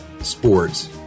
sports